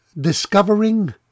discovering